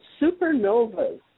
Supernovas